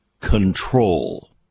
control